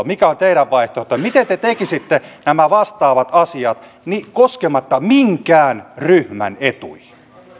mikä on teidän vaihtoehtonne miten te te tekisitte nämä vastaavat asiat koskematta minkään ryhmän etuihin